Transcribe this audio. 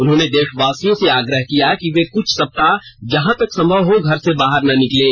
उन्होंने देशवासियों से आग्रह किया कि वे कृछ सप्ताह जहां तक संभव हो घर से बाहर न निकलें